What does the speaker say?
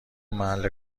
محل